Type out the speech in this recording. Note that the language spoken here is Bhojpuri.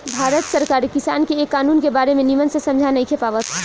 भारत सरकार किसान के ए कानून के बारे मे निमन से समझा नइखे पावत